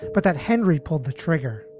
but that henry pulled the trigger.